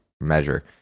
measure